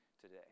today